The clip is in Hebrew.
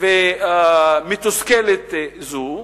ומתוסכלת זו,